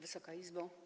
Wysoka Izbo!